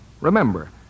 Remember